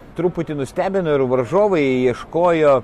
truputį nustebino ir varžovai ieškojo